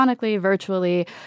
virtually